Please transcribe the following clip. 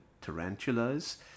tarantulas